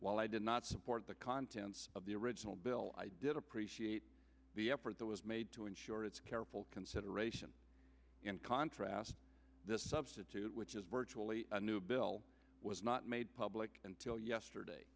while i did not support the contents of the original bill i did appreciate the effort that was made to ensure its careful consideration and contrast this substitute which is virtually a new bill was not made public until yesterday